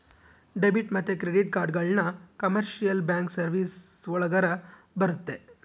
debit ಮತ್ತೆ credit ಕಾರ್ಡ್ಗಳನ್ನ commercial bank services ಒಳಗರ ಬರುತ್ತೆ